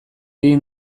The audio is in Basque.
egin